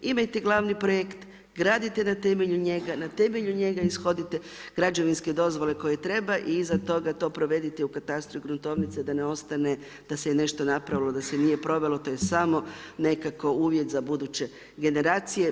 Imajte gl. projekt, gradite na temelju njega, na temelju njega ishodite građevinske dozvole koje treba i iza toga to provedite u katastru i gruntovnici da ne ostane, da se je nešto napravilo, da se nije provelo, to je samo nekako uvjet za buduće generacije.